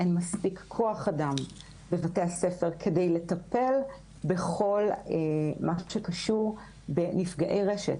אין מספיק כוח אדם בבתי-הספר כדי לטפל בכל משהו שקשור בנפגעי רשת.